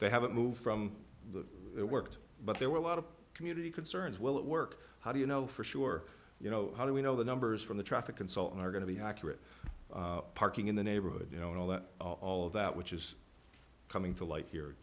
they haven't moved from the worked but there were a lot of community concerns will it work how do you know for sure you know how do we know the numbers from the traffic and so on are going to be accurate parking in the neighborhood you know and all that all of that which is coming to light here